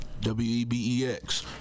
W-E-B-E-X